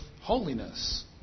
holiness